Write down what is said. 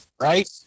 Right